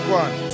one